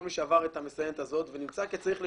כל מי שעבר את המסננת הזאת ונמצא כצריך לשלם,